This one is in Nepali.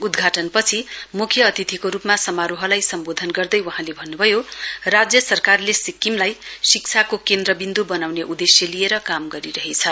उद्घाटन पछि मुख्य अतिथिको रुपमा समारोहलाई सम्वोधन गर्दै वहाँले भन्नभयो राज्य सरकारले सिक्किमलाई शिक्षाको केन्द्रविन्दु वनाउने उदेश्य लिएर काम गरिरहेछ